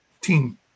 team